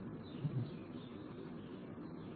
bye bye